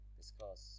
discuss